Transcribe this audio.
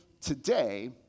today